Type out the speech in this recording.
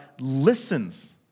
listens